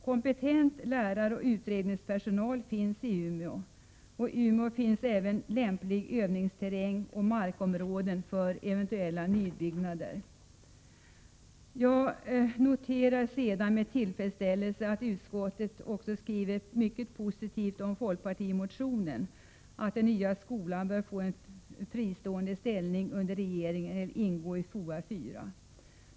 Kompetent läraroch utredningspersonal finns i Umeå. I Umeå finns även lämplig övningsterräng och markområden för eventuella nybyggnader. Jag noterar sedan med tillfredsställelse att utskottet skriver mycket positivt om folkpartimotionen, där det föreslås att den nya skolan bör få en fristående ställning under regeringen eller ingå i FOA 4.